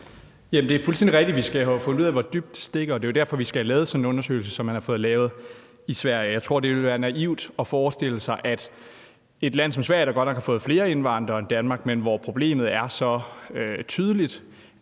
er jo fuldstændig rigtigt, at vi skal have fundet ud af, hvor dybt det stikker. Det er jo derfor, vi skal have lavet sådan en undersøgelse, som man har fået lavet i Sverige, og jeg tror også, det vil være naivt at forestille sig, når vi har et land som Sverige, der godt nok har fået flere indvandrere, end Danmark har, men hvor problemet er så tydeligt,